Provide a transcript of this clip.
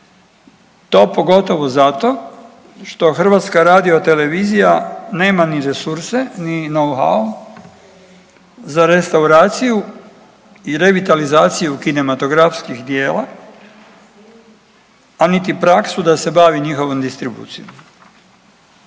To pogotovo zato što HRT nema ni resurse ni .../Govornik se ne razumije./... za restauraciju i revitalizaciju kinematografskih djela a niti praksu da se bavi njihovom distribucijom.